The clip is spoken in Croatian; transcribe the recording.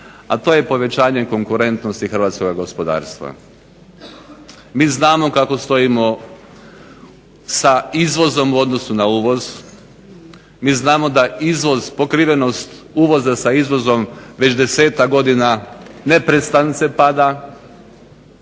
a to je povećanje konkurentnosti hrvatskoga gospodarstva. Mi znamo kako stojimo sa izvozom u odnosu na uvoz, mi znamo da pokrivenost uvoza sa izvozom već 10-tak godina neprestance pada,